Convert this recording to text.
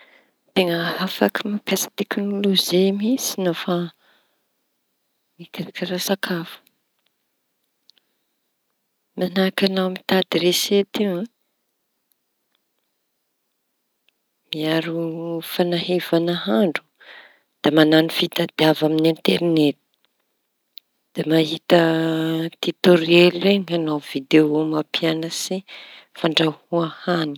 Teña afaky mampiasa teknolozia mihitsy nofa mikarakara sakafo. Mañahaky añao mitady resety io miaro fañahiva nahandro. Da mañano fitadiava aminy anteriñeto da mahita titôrely reñy añao videô mampiañatry fandrahoa hañina.